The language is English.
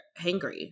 hangry